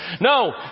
No